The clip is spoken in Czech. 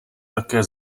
také